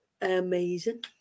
amazing